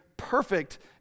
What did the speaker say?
perfect